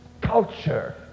culture